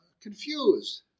confused